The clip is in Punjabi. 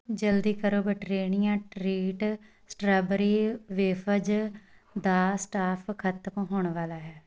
ਜਲਦੀ ਕਰੋ ਬਿਟ੍ਰੇਨੀਆ ਟ੍ਰੀਟ ਸਟ੍ਰਾਬੇਰੀ ਵੇਫਜ਼ ਦਾ ਸਟਾਫ ਖਤਮ ਹੋਣ ਵਾਲਾ ਹੈ